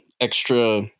extra